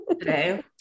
today